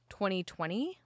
2020